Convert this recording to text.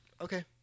Okay